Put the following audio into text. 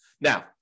Now